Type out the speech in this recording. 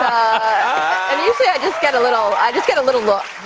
i mean just get a little i'd just get a little look,